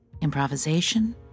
improvisation